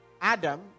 Adam